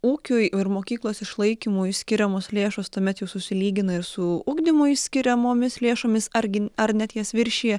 ūkiui ir mokyklos išlaikymui skiriamos lėšos tuomet jau susilygina su ugdymui skiriamomis lėšomis argi ar net jas viršija